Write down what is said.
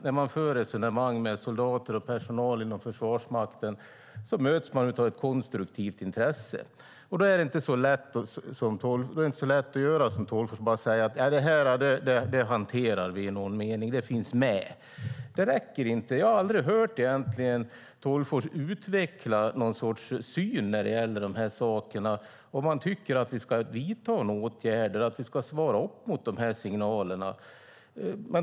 När man för resonemang med soldater och personal inom Försvarsmakten möts man av ett konstruktivt intresse. Det är då inte så lätt att göra som Tolgfors och säga: Det hanterar vi på något sätt; det finns med. Det räcker inte. Jag har aldrig hört Tolgfors utveckla sin syn när det gäller de här frågorna. Tycker han att vi ska vidta åtgärder och lyssna på signalerna?